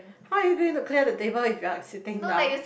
how you've been to clear the table if you are sitting down